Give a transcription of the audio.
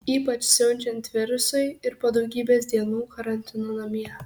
ypač siaučiant virusui ir po daugybės dienų karantino namie